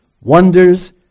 wonders